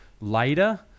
later